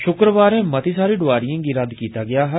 शुक्रवारें मती सारी डोआरिएं गी रद्द कीता गेआ हा